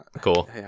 Cool